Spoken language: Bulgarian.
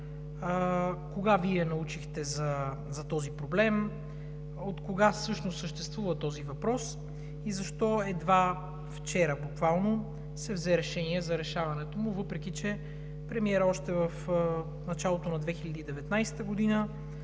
кога Вие научихте за този проблем; откога всъщност съществува този въпрос, и защо едва вчера – буквално, се взе решение за решаването му, въпреки че премиерът в началото на 2019 г.